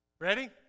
Ready